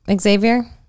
Xavier